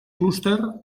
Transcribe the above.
clúster